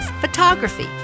photography